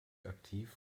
aktiv